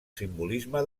simbolisme